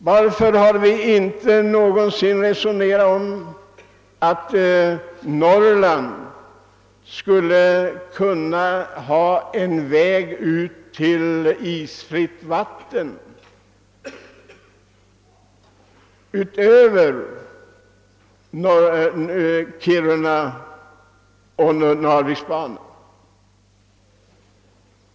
Varför har vi t.ex. aldrig någonsin resonerat om att Norrland skulle kunna ha en väg ut till isfritt valten utöver Kiruna—Narvik-banan?